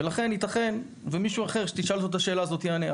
ולכן ייתכן שמישהו אחר שתשאל אותו את השאלה הזאת יענה.